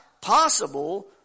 possible